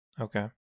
Okay